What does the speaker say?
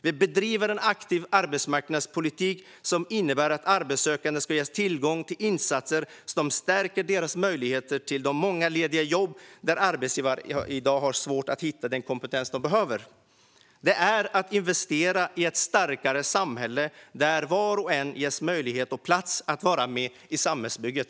Vi bedriver en aktiv arbetsmarknadspolitik som innebär att arbetssökande ska ges tillgång till insatser som stärker deras möjligheter att ta de många lediga jobb där arbetsgivare i dag har svårt att hitta den kompetens de behöver. Det är att investera i ett starkare samhälle där var och en ges möjlighet och plats att vara med i samhällsbygget.